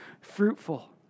fruitful